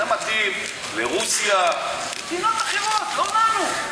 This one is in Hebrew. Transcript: זה מתאים לרוסיה, למדינות אחרות, לא לנו.